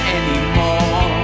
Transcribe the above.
anymore